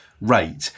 rate